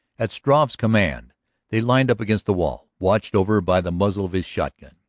at struve's command they lined up against the wall, watched over by the muzzle of his shotgun.